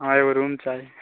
हँ एगो रूम चाही